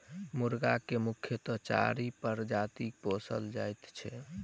मुर्गाक मुख्यतः चारि प्रजाति के पोसल जाइत छै